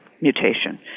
mutation